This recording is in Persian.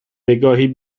نگاهی